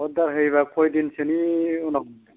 अरदार होयोब्ला खयदिनसोनि उनाव